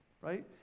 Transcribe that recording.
right